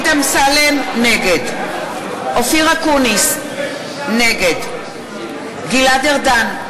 נגד אופיר אקוניס, נגד גלעד ארדן,